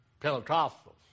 Pentecostals